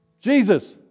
Jesus